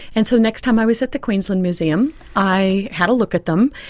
and so next time i was at the queensland museum i had a look at them,